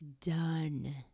done